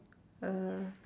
uh